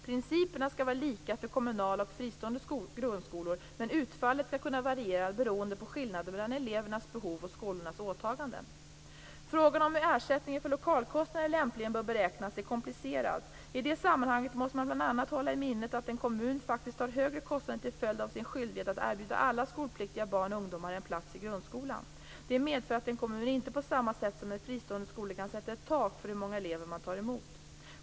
Principerna skall vara lika för kommunala och fristående grundskolor, men utfallet skall kunna variera beroende på skillnader mellan elevernas behov och skolornas åtaganden. Frågan om hur ersättningen för lokalkostnader lämpligen bör beräknas är komplicerad. I det sammanhanget måste man bl.a. hålla i minnet att en kommun faktiskt har högre kostnader till följd av sin skyldighet att erbjuda alla skolpliktiga barn och ungdomar en plats i grundskolan. Det medför att en kommun inte på samma sätt som en fristående skola kan sätta ett tak för hur många elever man tar emot.